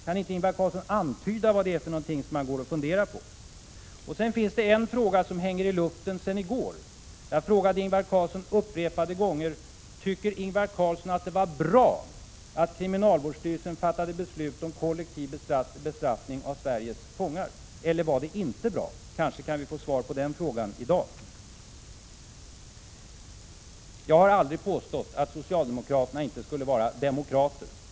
Kan inte Ingvar Carlsson antyda vad det är för någonting man funderar på? Det finns även en fråga som hänger i luften sedan gårdagens debatt. Jag frågade upprepade gånger Ingvar Carlsson om han tyckte att det var bra att kriminalvårdsstyrelsen fattade beslut om kollektiv bestraffning av Sveriges fångar. Eller var det inte bra? Kanske kan vi få svar på den frågan i dag. Jag har aldrig påstått att socialdemokraterna inte skulle vara demokrater.